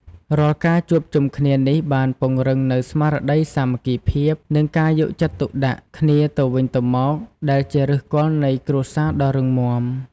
រាល់ការជួបជុំគ្នានេះបានពង្រឹងនូវស្មារតីសាមគ្គីភាព និងការយកចិត្តទុកដាក់គ្នាទៅវិញទៅមក ដែលជាឫសគល់នៃគ្រួសារដ៏រឹងមាំ។